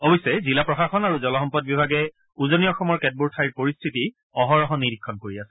অৱশ্যে জিলা প্ৰশাসন আৰু জলসম্পদ বিভাগে উজনি অসমৰ কেতবোৰ ঠাইৰ পৰিস্থিতি অহৰহ নিৰীক্ষণ কৰি আছে